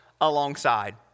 alongside